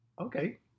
okay